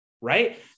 right